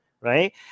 right